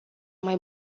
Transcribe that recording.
mai